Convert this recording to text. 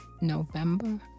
November